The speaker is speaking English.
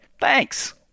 Thanks